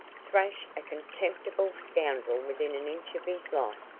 thrash a contemptible scoundrel within an inch of his life,